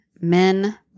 men